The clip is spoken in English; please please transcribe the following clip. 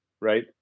right